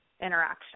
interaction